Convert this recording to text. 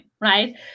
right